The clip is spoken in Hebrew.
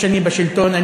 כשאני בשלטון,